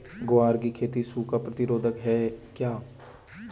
ग्वार की खेती सूखा प्रतीरोधक है क्या?